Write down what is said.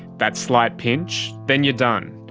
that slight pinch, then you're done.